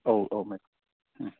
औ औ मेडाम